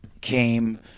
came